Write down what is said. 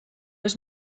was